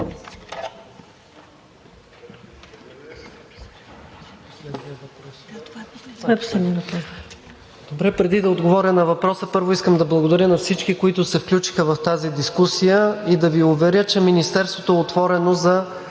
ДЕНКОВ: Преди да отговоря на въпроса, първо искам да благодаря на всички, които се включиха в тази дискусия, и да Ви уверя, че Министерството е отворено за